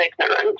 ignorance